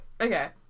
Okay